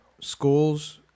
schools